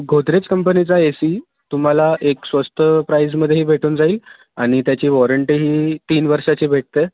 गोदरेज कंपनीचा A C तुम्हाला एक स्वस्त प्राईजमध्येही भेटून जाईल आणि त्याची वॉरंटेही तीन वर्षाची भेटते